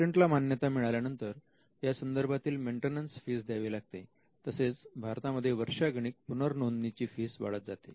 पेटंटला मान्यता मिळाल्यानंतर यासंदर्भातील मेन्टेनन्स फीस द्यावी लागते तसेच भारतामध्ये वर्षागणिक पुनरनोंदणी ची फीस वाढत जाते